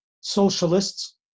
socialists